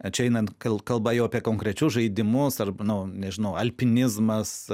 čia einant kalba jau apie konkrečius žaidimus arba nu nežinau alpinizmas